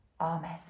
Amen